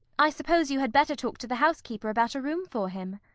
i suppose you had better talk to the housekeeper about a room for him.